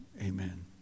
Amen